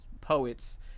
poets